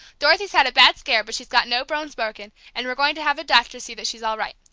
dorothy's had a bad scare, but she's got no bones broken, and we're going to have a doctor see that she's all right.